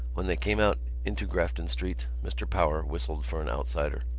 when they came out into grafton street, mr. power whistled for an outsider.